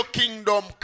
kingdom